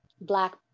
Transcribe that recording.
black